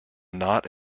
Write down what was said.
not